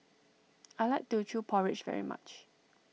I like Teochew Porridge very much